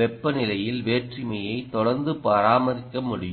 வெப்பநிலையில் வேற்றுமையை தொடர்ந்து பராமரிக்க முடியும்